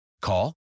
call